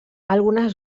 algunes